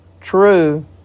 true